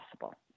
possible